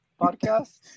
podcast